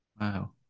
Wow